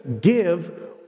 give